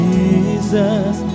Jesus